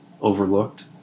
overlooked